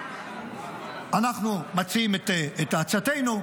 אנחנו מציעים את הצעתנו,